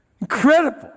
Incredible